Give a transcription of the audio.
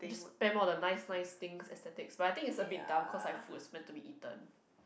spam all the nice nice thing aesthetics but I think it's a bit dumb cause like food is meant to be eaten